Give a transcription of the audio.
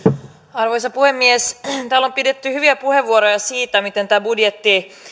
arvoisa puhemies täällä on pidetty hyviä puheenvuoroja siitä miten tämä budjetti